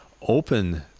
open